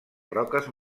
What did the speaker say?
roques